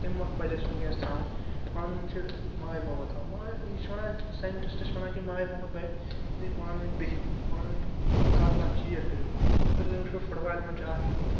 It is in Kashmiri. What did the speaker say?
تَمہِ مۄکھ پَزِ اَسہِ وٕنکٮ۪س تھاوٕنۍ پانہٕ ؤنۍ چھِ ماے محبت تھاوُن ماے یہِ چھُ وَنان کہِ ساینٛٹِسٹ چھِ وَنان کہِ ماے محبت بَڑِ دِیِو پانہٕ ؤنۍ بِہِو پانہٕ ؤنۍ کَتھ باتھ چیر کٔرِو یِتھ فُٹ بالہِ منٛز چھُ اَکھ اِکوٹ